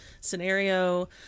scenario